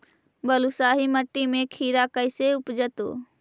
बालुसाहि मट्टी में खिरा कैसे उपजतै?